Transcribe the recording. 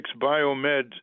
biomed